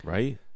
Right